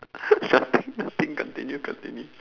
nothing nothing nothing you continue